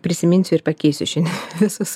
prisiminsiu ir pakeisiu šiandien visus